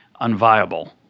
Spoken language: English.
unviable